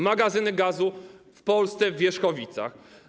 Magazyny gazu w Polsce w Wierzchowicach.